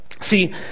See